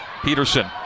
Peterson